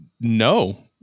no